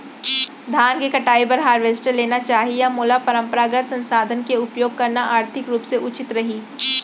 धान के कटाई बर हारवेस्टर लेना चाही या मोला परम्परागत संसाधन के उपयोग करना आर्थिक रूप से उचित रही?